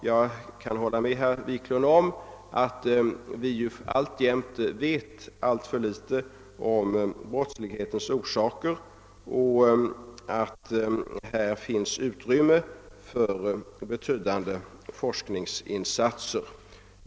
Jag kan också hålla med herr Wiklund om att vi fortfarande vet alltför litet om brottslighetens orsaker och att här finns utrymme för betydande forskningsinsatser.